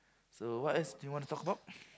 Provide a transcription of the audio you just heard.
so what else do you want to talk about